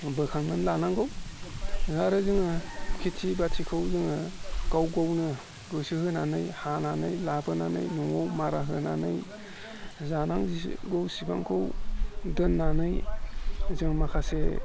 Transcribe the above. बोखांनानै लानांगौ आरो जोङो खेति बातिखौ जोङो गाव गावनो गोसो होनानै हानानै लाबोनानै न'आव मारा होनानै जानांगौसेबांखौ दोननानै जों माखासे